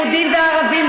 יהודים וערבים,